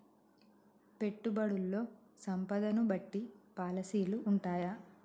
పెట్టుబడుల్లో సంపదను బట్టి పాలసీలు ఉంటయా?